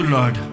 Lord